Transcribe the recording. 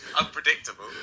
unpredictable